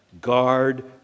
guard